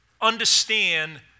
understand